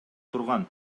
турган